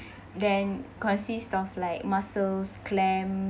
then consists of like mussels clams